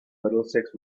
middlesex